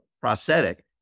prosthetic